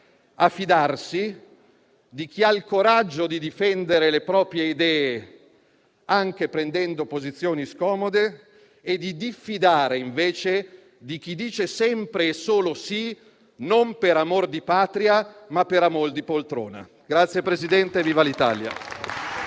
a fidarsi di chi ha il coraggio di difendere le proprie idee, anche assumendo posizioni scomode, e di diffidare invece di chi dice sempre e solo sì, non per amor di Patria, ma per amor di poltrona. Grazie, Presidente, e viva l'Italia.